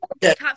top